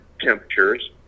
temperatures